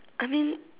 I mean